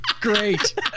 Great